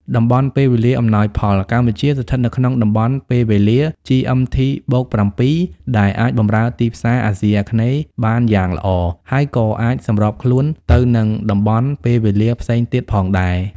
តំបន់ពេលវេលាអំណោយផល កម្ពុជាស្ថិតនៅក្នុងតំបន់ពេលវេលា GMT+7 ដែលអាចបម្រើទីផ្សារអាស៊ីអាគ្នេយ៍បានយ៉ាងល្អ ហើយក៏អាចសម្របខ្លួនទៅនឹងតំបន់ពេលវេលាផ្សេងទៀតផងដែរ។